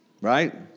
right